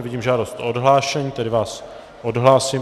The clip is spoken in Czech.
Vidím žádost o odhlášení, tedy vás odhlásím.